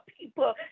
people